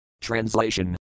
Translation